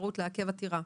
אפשרות לעכב עתירה.